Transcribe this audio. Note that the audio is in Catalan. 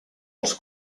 els